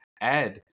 add